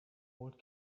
old